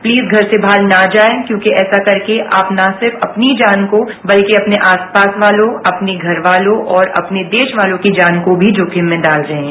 please घर से बाहर न जाएं क्योंकि ऐसा करके न सिर्फ अपनी जानको बल्कि अपने आसपास वालों अपने घरवालों और अपने देशवालों की जान को जोखिम में डाल रहे हैं